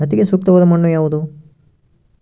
ಹತ್ತಿಗೆ ಸೂಕ್ತವಾದ ಮಣ್ಣು ಯಾವುದು?